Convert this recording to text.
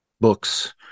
books